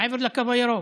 מעבר לקו הירוק,